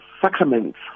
sacraments